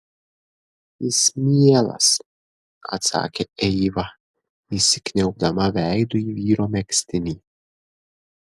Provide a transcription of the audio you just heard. jis mielas atsakė eiva įsikniaubdama veidu į vyro megztinį